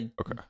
okay